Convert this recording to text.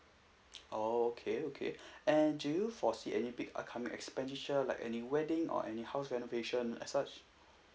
oh okay okay and do you foresee any big upcoming expenditure like any wedding or any house renovation as such